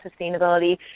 sustainability